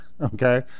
okay